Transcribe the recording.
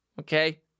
Okay